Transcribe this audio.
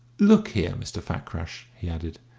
look here, mr. fakrash, he added,